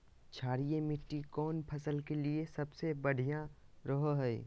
क्षारीय मिट्टी कौन फसल के लिए सबसे बढ़िया रहो हय?